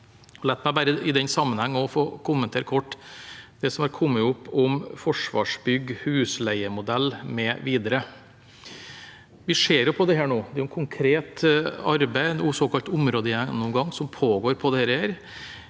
La meg i den sammenheng bare få kommentere kort det som har kommet opp om Forsvarsbygg, husleiemodell mv. Vi ser på dette nå. Det er et konkret arbeid, en såkalt områdegjennomgang, som pågår på det.